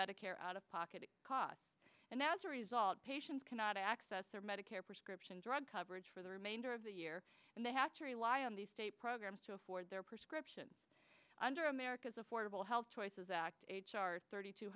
medicare out of pocket costs and as a result patients cannot access their medicare prescription drug coverage for the remainder of the year and they have to rely on these state programs to afford their prescription under america's affordable health choices act h r thirty two